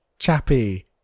Chappy